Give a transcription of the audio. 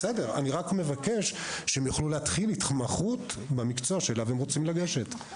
אני רק מבקש שהם יוכלו להתחיל התמחות במקצוע שאליו הם רוצים לגשת.